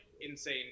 insane